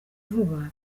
vuba